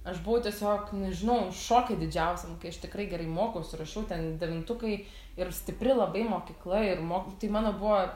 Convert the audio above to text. aš buvau tiesiog nežinau šoke didžiausiam kai aš tikrai gerai mokiaus ir rašau ten devintukai ir stipri labai mokykla ir mok tai mano buvo